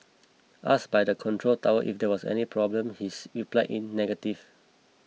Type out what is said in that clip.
ask by the control tower if there was any problem he is replied in negative